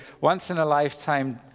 once-in-a-lifetime